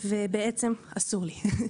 אסור לי.